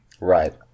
right